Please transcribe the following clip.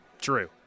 true